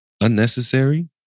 Unnecessary